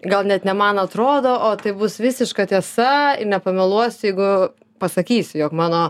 gal net ne man atrodo o tai bus visiška tiesa nepameluosi jeigu pasakysi jog mano